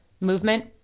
movement